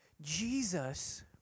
Jesus